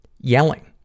yelling